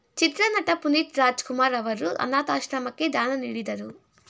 ಚಿತ್ರನಟ ಪುನೀತ್ ರಾಜಕುಮಾರ್ ಅವರು ಅನಾಥಾಶ್ರಮಕ್ಕೆ ದಾನ ನೀಡಿದರು